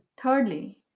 Thirdly